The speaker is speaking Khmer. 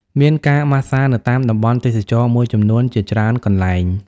មានការម៉ាស្សានៅតាមតំបន់ទេសចរណ៍មួយចំនួនជាច្រើនកន្លែង ។